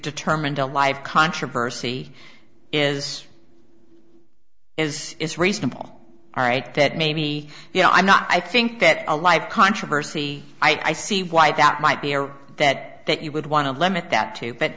determined a life controversy is is is reasonable all right that may be you know i'm not i think that a live controversy i see why that might be that that you would want to limit that too but